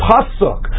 Pasuk